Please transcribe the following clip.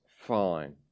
fine